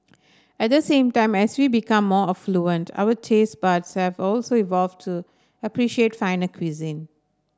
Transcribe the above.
at the same as we become more affluent our taste buds have also evolve to appreciate finer cuisine